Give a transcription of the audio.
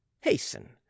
Hasten